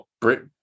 Brit